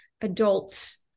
adults